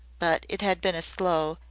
but it had been a slow,